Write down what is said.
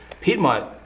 Piedmont